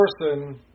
person